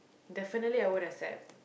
definitely I won't accept